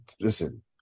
listen